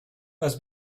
has